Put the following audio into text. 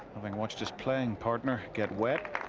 having watched his playing partner get wet.